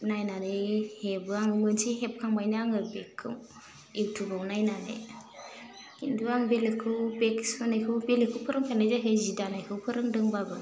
नायनानै हेबो आङो मोनसे हेबखांबायना आङो बेगखौ इउटुबाव नायनानै खिन्थु आं बेलेगखौ बेग सुनायखौ बेलेगखौ फोरोंफेरनाय जायाखै जि दानायखौ फोरोंदोंबाबो